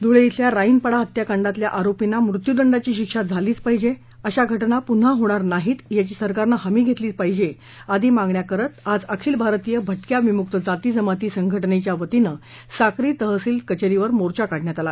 धुळे इथल्या राईनपाडा हत्त्याकांडातल्या आरोपींना मृत्यूदंडाची शिक्षा झालीच पाहिजे अशा घटना पुन्हा होणार नाही याची सरकारनं हमी घेतलीच पाहिजे आदी मागण्या करीत आज अखिल भारतीय भटक्या विमुक्त जाती जमाती संघटनेच्या वतीनं साक्री तहसिल कचेरीवर मोर्चा काढण्यात आला